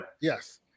Yes